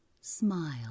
smile